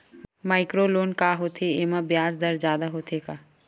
Micro loan का होथे येमा ब्याज दर जादा होथे का?